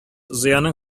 зыяның